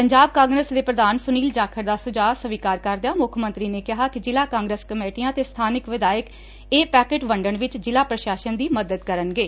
ਪੰਜਾਬ ਕਾਂਗਰਸ ਦੇ ਪ੍ਰਧਾਨ ਸੁਨੀਲ ਜਾਖੜ ਦਾ ਸੁਝਾਅ ਸਵੀਕਾਰ ਕਰਦਿਆਂ ਮੁੱਖ ਮੰਤਰੀ ਨੇ ਕਿਹਾ ਕਿ ਜਿਲ੍ਹਾ ਕਾਂਗਰਸ ਕਮੇਟੀਆਂ ਤੇ ਸਬਾਨਕ ਵਿਧਾਇਕ ਇਹ ਪੈਕਟ ਵੰਡਣ ਵਿਚ ਜਿਲ੍ਹਾ ਪ੍ਰਸ਼ਾਸਨ ਦੀ ਮਦਦ ਕਰਨਗੇ